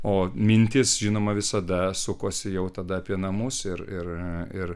o mintys žinoma visada sukosi jau tada apie namus ir ir ir